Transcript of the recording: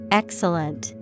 excellent